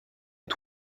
est